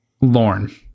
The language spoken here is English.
lorne